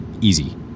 easy